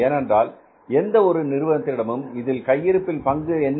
ஏனென்றால் எந்த ஒரு நிறுவனத்திடமும் இதில் கையிருப்பில் பங்கு என்ன